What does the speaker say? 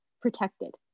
protected